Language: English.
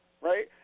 right